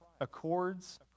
accords